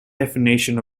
definition